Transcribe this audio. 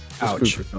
Ouch